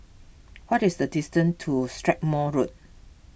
what is the distance to Strathmore Road